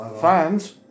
fans